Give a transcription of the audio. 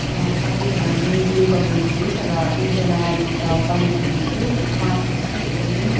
सबै जना मिलजुल गर्ने थिए तर एकजना कलिग हुनु हुन्थ्यो उहाँको चाहिँ एकदमै